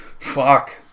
Fuck